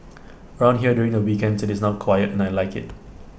around here during the weekends IT is now quiet and I Like IT